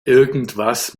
irgendwas